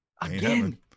Again